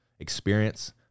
Experience